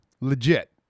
legit